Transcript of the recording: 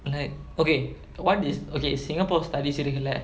like okay [what] is okay singapore studies இருக்குல:irukkula